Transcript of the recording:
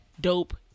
dope